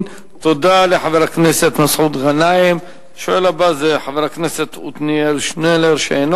התאגיד יספק שירותי ביוב לצרכנים אלו בתשתית הקיימת כיום,